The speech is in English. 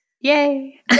Yay